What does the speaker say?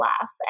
laugh